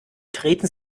treten